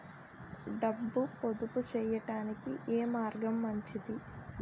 డబ్బు పొదుపు చేయటానికి ఏ మార్గం మంచిది?